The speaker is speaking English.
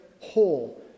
whole